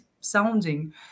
sounding